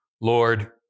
Lord